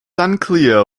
unclear